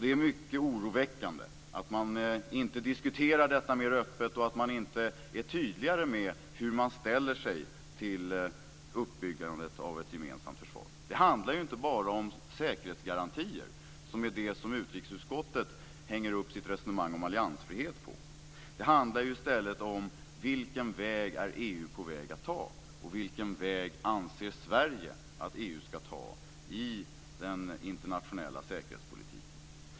Det är mycket oroväckande att man inte diskuterar detta mer öppet och att man inte är tydligare med hur man ställer sig till uppbyggandet av ett gemensamt försvar. Det handlar ju inte bara om säkerhetsgarantier, som är det som utrikesutskottet hänger upp sitt resonemang om alliansfrihet på. Det handlar i stället om vilken väg EU är på väg att ta. Och vilken väg anser Sverige att EU ska ta i den internationella säkerhetspolitiken?